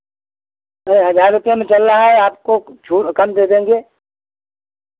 वो हज़ार रुपैया में चल रहा है आपको छूट कम दे देंगे